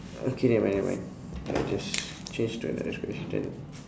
okay nevermind nevermind I just change to another question